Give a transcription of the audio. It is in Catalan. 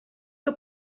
que